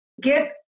Get